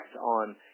on